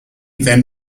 then